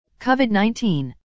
COVID-19